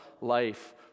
life